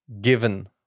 given